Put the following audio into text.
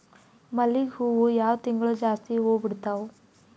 ಮಲ್ಲಿಗಿ ಹೂವು ಯಾವ ತಿಂಗಳು ಜಾಸ್ತಿ ಹೂವು ಬಿಡ್ತಾವು?